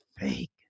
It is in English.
fake